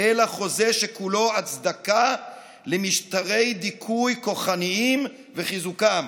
אלא חוזה שכולו הצדקה למשטרי דיכוי כוחניים וחיזוקם.